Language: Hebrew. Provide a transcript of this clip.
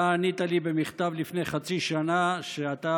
אתה ענית לי במכתב לפני חצי שנה שאתה